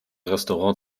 restaurant